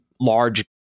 large